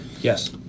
yes